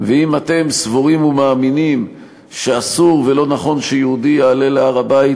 ואם אתם סבורים ומאמינים שאסור ולא נכון שיהודי יעלה להר-הבית,